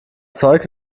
zeug